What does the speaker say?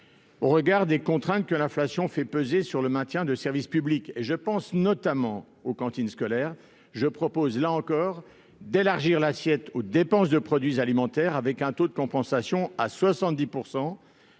Au regard des contraintes que l'inflation fait peser sur le maintien de services publics comme les cantines scolaires, par exemple, je propose là aussi d'élargir l'assiette aux dépenses de produits alimentaires avec un taux de compensation de 70 %.